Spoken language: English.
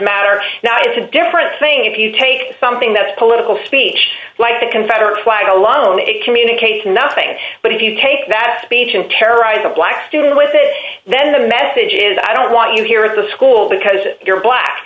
matter now it's a different thing if you take something that is political speech like the confederate flag alone it communicate nothing but if you take that speech and terrorize a black student with it then the message is i don't want you here at the school because you're black